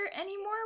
anymore